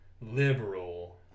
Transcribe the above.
liberal